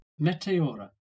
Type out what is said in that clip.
Meteora